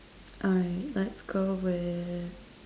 alright let's go with